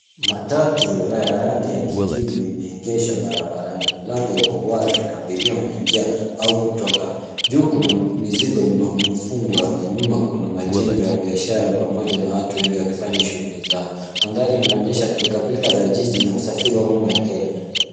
Matatu ya rangi ya kijivu imeegeshwa barabarani. Mlango uko wazi na abiria wanaingia au kutoka. Juu kuna mizigo umefungwa na nyuma kuna majengo ya biashara pamoja na watu wengi wakifanya shughuli zao. Mandhari inaonyesha pilkapilka za jiji na usafiri wa umma ya Kenya.